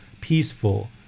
peaceful